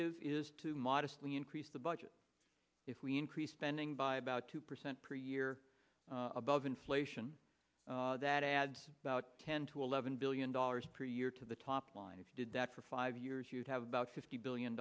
alternative is to modestly increase the budget if we increase spending by about two percent per year above inflation that adds about ten to eleven billion dollars per year to the top line if you did that for five years you'd have bout fifty billion